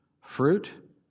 Fruit